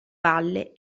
valle